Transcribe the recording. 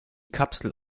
kapsel